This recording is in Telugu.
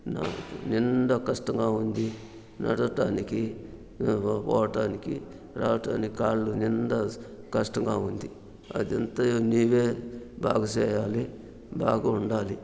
నిండా కష్టంగా ఉంది నడవటానికి పోవటానికి రావటానికి కాళ్లు నిండా కష్టంగా ఉంది అదంతయు నీవే బాగు చేయాలి బాగుండాలి